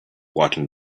watching